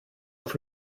auf